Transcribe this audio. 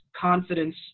confidence